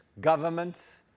governments